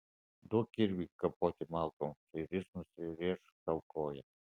duok kirvį kapoti malkoms ir jis nusirėš sau koją